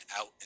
out